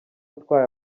atwaye